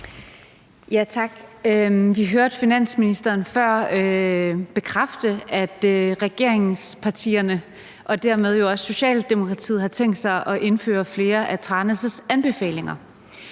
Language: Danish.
Vi hørte finansministeren før bekræfte, at regeringspartierne og dermed jo også Socialdemokratiet havde tænkt sig at indføre flere af Tranæsudvalgets anbefalinger.